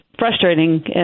frustrating